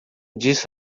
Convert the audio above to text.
disso